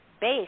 base